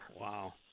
Wow